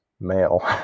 male